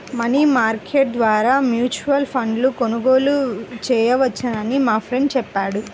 money market ద్వారా mutual ఫండ్ను కొనుగోలు చేయవచ్చని మా ఫ్రెండు చెప్పాడు